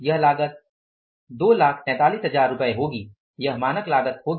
यह लागत 243000 रूपए होगी यह मानक लागत होगी